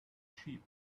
sheep